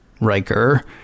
Riker